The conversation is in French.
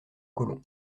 colons